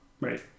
Right